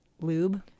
lube